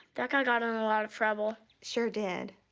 that guy got in a lot of trouble. sure did.